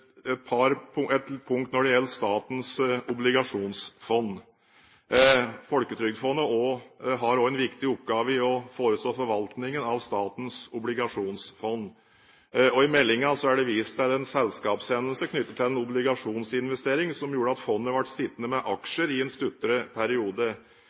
et punkt når det gjelder Statens obligasjonsfond. Folketrygdfondet har en viktig oppgave i å forestå forvaltningen av Statens obligasjonsfond. I meldingen er det vist til en selskapshendelse knyttet til en obligasjonsinvestering som gjorde at fondet ble sittende med